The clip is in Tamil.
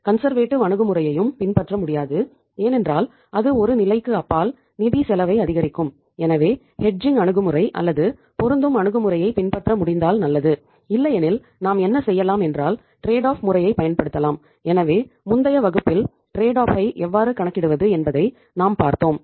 கன்சர்வேடிவ் எவ்வாறு கணக்கிடுவது என்பதை நாம் பார்த்தோம்